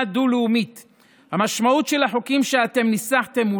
דו-לאומית"; המשמעות של החוקים שאתם ניסחתם היא